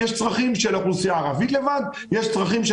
יש צרכים של האוכלוסייה היהודית לבד ויש צרכים של